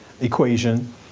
equation